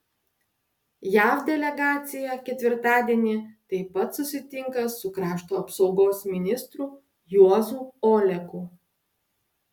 jav delegacija ketvirtadienį taip pat susitinka su krašto apsaugos ministru juozu oleku